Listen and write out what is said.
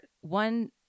one